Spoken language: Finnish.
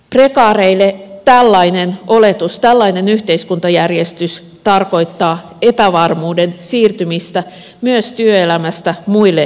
prekaareille tällainen oletus tällainen yhteiskuntajärjestys tarkoittaa epävarmuuden siirtymistä työelämästä myös muille elämän sektoreille